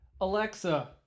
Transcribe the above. Alexa